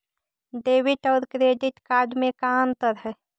Debit और credit card में का अंतर है?